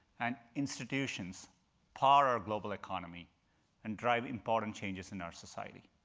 and institutions power our global economy and drive important changes in our society.